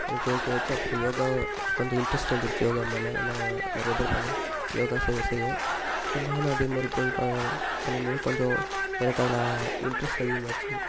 எனக்கு ஓகே ஆயிடுச்சா அப்புறம் யோகா கொஞ்சம் இன்ட்ரஸ்ட் வந்துடுச்சு யோகா மேலே எல்லாம் நிறைய பேர் யோகா செய்ய செய்ய இப்போ நானும் அதே மாதிரி போய் ப பண்ணும்போது கொஞ்சம் எனக்கு அதில் இன்ட்ரஸ்ட் அதிகமாச்சு